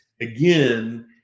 again